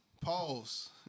Pause